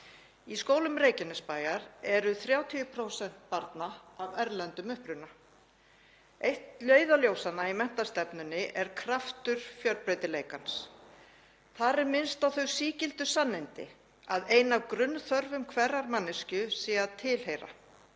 Í skólum Reykjanesbæjar eru 30% barna af erlendum uppruna. Eitt leiðarljósanna í menntastefnunni er: Kraftur fjölbreytileikans. Þar er minnst á þau sígildu sannindi að ein af grunnþörfum hverrar manneskju sé að tilheyra